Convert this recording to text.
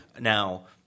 Now